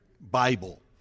Bible